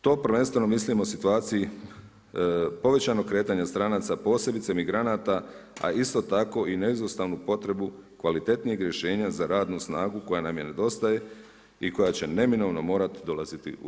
To prvenstveno mislim o situaciji povećanog kretanja stranaca posebice migranata, a isto tako i neizostavno potrebu kvalitetnijeg rješenja za radnu snagu koja nam nedostaje i koja će neminovno morati dolaziti u RH.